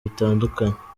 bitandukanye